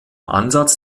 ansatz